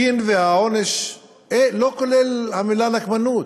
הדין והעונש לא כוללים את המילה נקמנות.